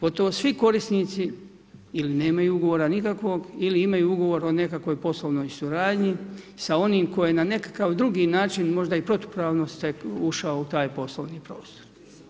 Gotovo svi korisnici ili nemaju ugovora nikakvog, ili imaju ugovor o nekakvoj poslovnoj suradnji, sa onim koji na nekakav drugi način, možda i protupravno ušao u taj poslovni prostor.